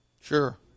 Sure